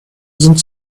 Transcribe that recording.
sind